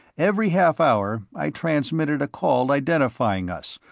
every half hour i transmitted a call identifying us,